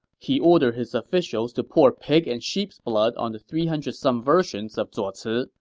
he ordered his officers to pour pig and sheep's blood on the three hundred some versions of zuo ci,